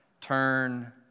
turn